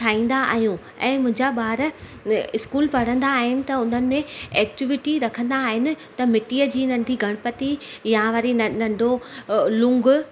ठाहींदा आहियूं ऐं मुंहिंजा ॿार स्कूल पढ़ंदा आहिनि त हुननि में एक्टिविटी रखंदा आहिनि त मिटीअ जी नंढी गणपति या वरी नंढो लूग